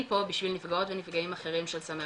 אני פה בשביל נפגעות ונפגעים אחרים של סמי